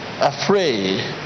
afraid